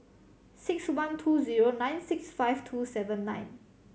six one two zero nine six five two seven nine